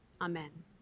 amen